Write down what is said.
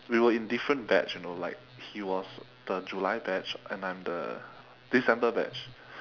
we were in different batch you know like he was the july batch and I'm the december batch